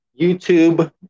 YouTube